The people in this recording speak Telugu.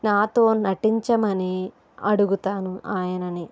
నాతో నటించమని అడుగుతాను ఆయనని